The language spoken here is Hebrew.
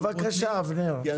בבקשה, אבנר.